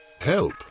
Help